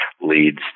leads